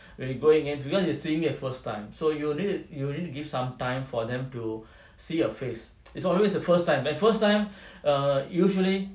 when you going in because it's still your first time so you need to you need to give some time for them to see your face is always the first time like first time err usually